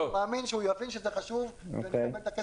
אני מאמין שהוא יבין שזה חשוב ונקבל את הכסף.